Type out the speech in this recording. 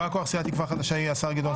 בא כוח סיעת תקווה חדשה יהיה השר גדעון